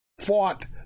fought